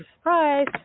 Surprise